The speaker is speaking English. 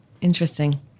Interesting